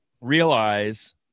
realize